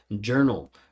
Journal